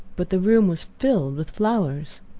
but the room was filled with flowers.